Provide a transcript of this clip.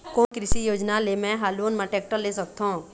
कोन कृषि योजना ले मैं हा लोन मा टेक्टर ले सकथों?